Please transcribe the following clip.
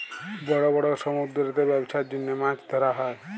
বড় বড় সমুদ্দুরেতে ব্যবছার জ্যনহে মাছ ধ্যরা হ্যয়